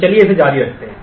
तो चलिए इसे जारी रखते हैं